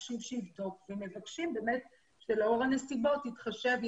מבקשים שיבדוק ומבקשים שלאור הנסיבות יתחשב,